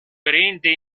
prende